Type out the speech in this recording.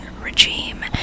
regime